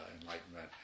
enlightenment